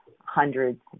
hundreds